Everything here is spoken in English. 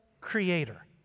creator